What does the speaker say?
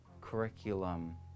curriculum